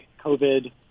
COVID